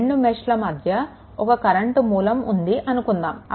2 మెష్ల మధ్య ఒక కరెంట్ మూలం ఉంది అనుకుందాము